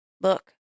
look